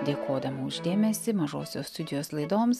dėkodama už dėmesį mažosios studijos laidoms